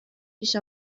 پیش